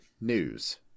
news